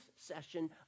session